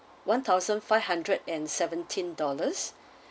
one thousand five hundred and seventeen dollars